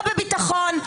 לא בביטחון,